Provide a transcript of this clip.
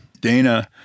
Dana